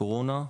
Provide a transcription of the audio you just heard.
קורונה,